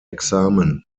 examen